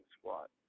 squat